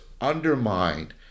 undermine